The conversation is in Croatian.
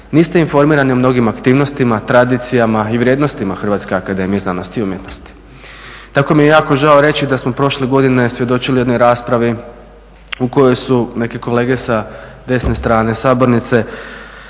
niste informirani o mnogim aktivnostima, tradicijama i vrijednostima Hrvatske akademije znanosti i umjetnosti. Tako mi je jako žao reći da smo prošle godine svjedočili jednoj raspravi u kojoj su neke kolege sa desne strane sabornice